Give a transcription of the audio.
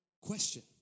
question